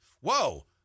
Whoa